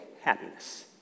happiness